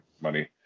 money